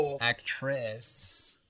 Actress